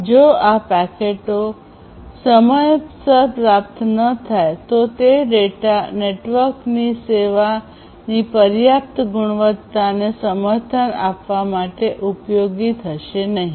જો આ પેકેટો સમયસર પ્રાપ્ત ન થાય તો તે ડેટા નેટવર્કની સેવાની પર્યાપ્ત ગુણવત્તાને સમર્થન આપવા માટે ઉપયોગી થશે નહીં